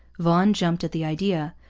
vaughan jumped at the idea,